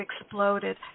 exploded